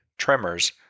tremors